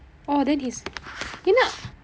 oh then his என்ன:enna